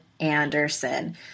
Anderson